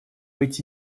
эти